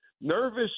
nervous